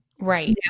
Right